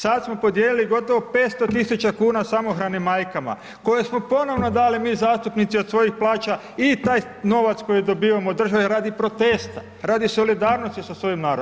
Sada smo podijelili gotovo 500 tisuća kuna samohranim majkama, koje smo ponovno dali, mi zastupnici od svojih plaća i taj novac koji dobijamo od države, radi protesta, radi solidarnosti sa svojim narodom.